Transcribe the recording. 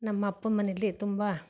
ನಮ್ಮಪ್ಪನ ಮನೇಲಿ ತುಂಬ